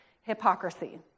hypocrisy